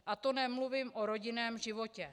A to nemluvím o rodinném životě.